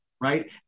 right